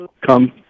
come